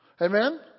Amen